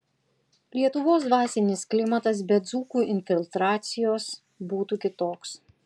lietuvos dvasinis klimatas be dzūkų infiltracijos būtų kitoks